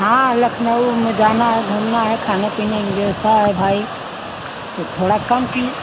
हाँ लखनऊ में जाना है घूमना है खाने पीने की व्यवस्था है भाई तो थोड़ा कम कि